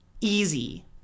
easy